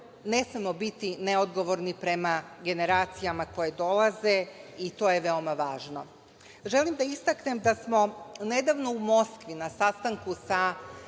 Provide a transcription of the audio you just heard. Ne smemo biti neodgovorni prema generacijama koje dolaze i to je veoma važno. Želim da istaknem da smo nedavno u Moskvi na sastanku sa